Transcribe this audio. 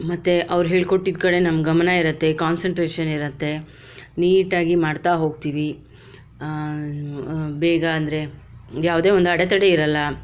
ಮತ್ತೆ ಅವರು ಹೇಳ್ಕೊಟ್ಟಿದ್ದ ಕಡೆ ನಮ್ಮ ಗಮನ ಇರತ್ತೆ ಕಾನ್ಸಂಟ್ರೇಷನ್ ಇರತ್ತೆ ನೀಟಾಗಿ ಮಾಡ್ತಾ ಹೋಗ್ತೀವಿ ಬೇಗ ಅಂದರೆ ಯಾವುದೇ ಒಂದು ಅಡೆತಡೆ ಇರಲ್ಲ